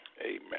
Amen